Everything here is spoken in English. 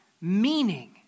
meaning